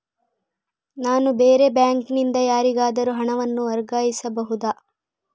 ನಾನು ಬೇರೆ ಬ್ಯಾಂಕ್ ನಿಂದ ಯಾರಿಗಾದರೂ ಹಣವನ್ನು ವರ್ಗಾಯಿಸಬಹುದ?